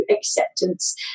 acceptance